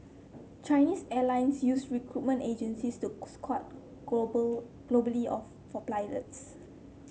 Chinese Airlines use recruitment agencies to scout global globally of for pilots